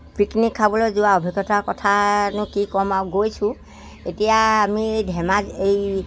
picnic খাবলৈ যোৱা অভিজ্ঞতাৰ কথানো কি ক'ম আৰু গৈছোঁ এতিয়া আমি ধেমাজি এই